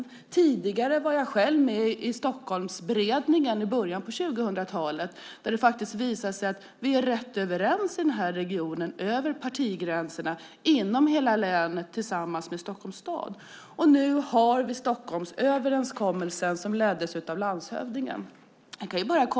I början av 2000-talet var jag själv med i Stockholmsberedningen då det faktiskt visade sig att vi var rätt överens i denna region över partigränserna inom hela länet tillsammans med Stockholms stad. Nu har vi Stockholmsöverenskommelsen, som leddes av landshövdingen.